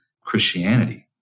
Christianity